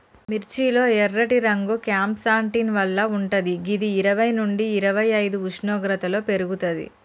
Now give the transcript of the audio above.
మిర్చి లో ఎర్రటి రంగు క్యాంప్సాంటిన్ వల్ల వుంటది గిది ఇరవై నుండి ఇరవైఐదు ఉష్ణోగ్రతలో పెర్గుతది